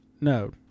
no